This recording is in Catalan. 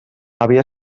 havia